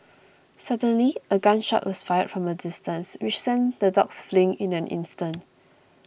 suddenly a gun shot was fired from a distance which sent the dogs fleeing in an instant